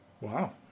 Wow